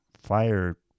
fire